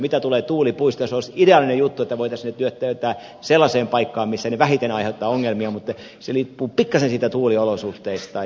mitä tulee tuulipuistoihin se olisi ideaalinen juttu että voitaisiin ne työntää sellaiseen paikkaan missä ne vähiten aiheuttavat ongelmia mutta se riippuu pikkasen niistä tuuliolosuhteista